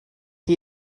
chi